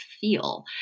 feel